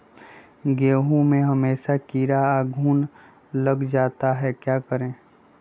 गेंहू में हमेसा कीड़ा या घुन लग जाता है क्या करें?